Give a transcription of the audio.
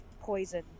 poison